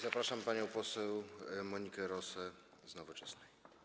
Zapraszam panią poseł Monikę Rosę z Nowoczesnej.